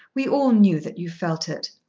we all knew that you felt it.